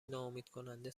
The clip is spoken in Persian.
ناامیدکننده